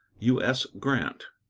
u s. grant.